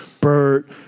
Bert